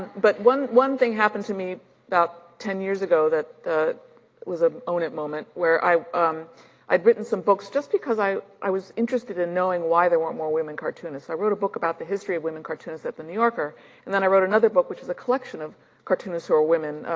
but one one thing happened to me about ten years ago that was a own it moment where i um i had written some books, just because i i was interested in knowing why there weren't more women cartoonists. i wrote a book about the history of women cartoonists at the new yorker and then i wrote another book, which was a collection of cartoonists who are women,